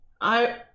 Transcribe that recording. I-